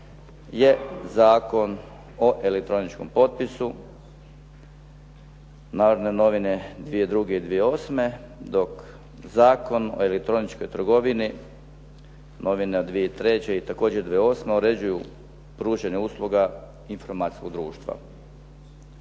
je Zakon o elektroničkom potpisu "Narodne novine", 2002./2008. dok Zakon o elektroničkoj trgovini "Narodne novine", 2003./2008. uređuju pružanje usluga informacijskog društva.